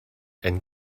and